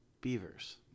Beavers